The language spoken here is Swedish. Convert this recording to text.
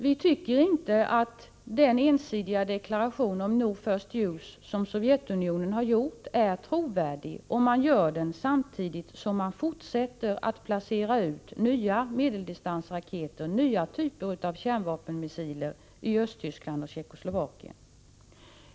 Vi tycker inte att den ensidiga deklaration om no-first-use som Sovjetunionen har gjort är trovärdig om man gör den samtidigt som man fortsätter att placera ut nya medeldistansraketer, nya typer av kärnvapenmissiler, i Östtyskland och Tjeckoslovakien.